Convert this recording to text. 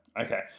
okay